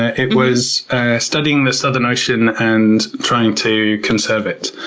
it was studying the southern ocean and trying to conserve it.